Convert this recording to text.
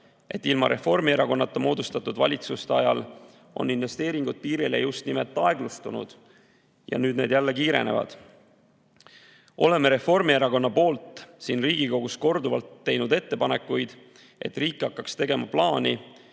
et ilma Reformierakonnata moodustatud valitsuste ajal on investeeringud piiriehitusse just nimelt aeglustunud. Nüüd need jälle kiirenevad. Oleme Reformierakonna poolt siin Riigikogus korduvalt teinud ettepanekuid, et riik hakkaks tegema plaani,